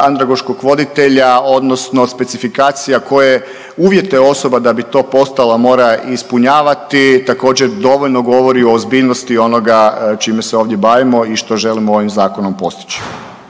andragoškog voditelja odnosno specifikacija koje uvjetuje osoba da bi to postala mora ispunjavati također dovoljno govori o ozbiljnosti onoga čime se ovdje bavimo i što želimo ovim zakonom postići.